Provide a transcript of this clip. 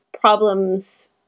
problems